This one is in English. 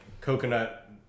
coconut